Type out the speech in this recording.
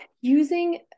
using